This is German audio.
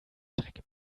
strecke